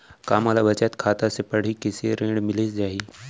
का मोला बचत खाता से पड़ही कृषि ऋण मिलिस जाही?